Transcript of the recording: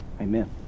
Amen